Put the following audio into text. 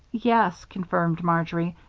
yes, confirmed marjory,